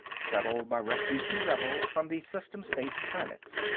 settled by refugee rebels from the system states planets.